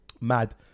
mad